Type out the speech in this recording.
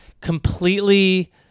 completely